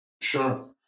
Sure